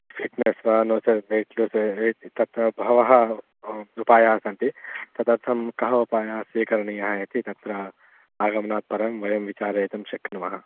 fitness वा नो चेत् वैट् लूस् वैट् तत्र बहवः उपायाः सन्ति तदर्थं कः उपायः स्वीकरणीयः इति तत्र आगमनात् परं वयं विचारयितुं शक्नुमः